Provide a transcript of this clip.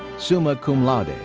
summa cum laude.